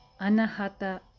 Anahata